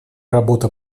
работа